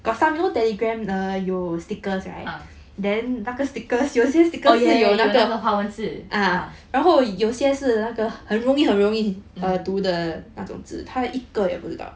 ah oh yeah yeah yeah 有那个华文字 mm